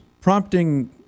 prompting